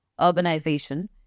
urbanization